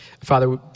Father